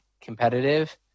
competitive